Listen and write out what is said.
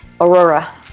Aurora